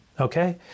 Okay